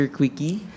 Quickie